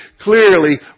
clearly